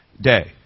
day